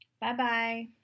Bye-bye